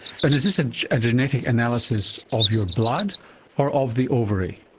and is this a genetic analysis of your blood or of the ovary?